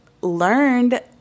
learned